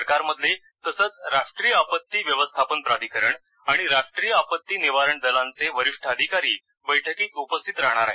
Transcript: सरकारमधले तसंच राष्ट्रीय आपत्ती व्यवस्थापन प्राधिकरण आणि राष्ट्रीय आपत्ती निवारण दलांचे वरिष्ठ अधिकारी बैठकीत उपस्थित राहणार आहेत